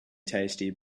tasty